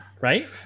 right